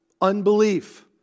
Unbelief